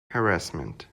harassment